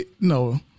no